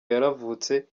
yaravutse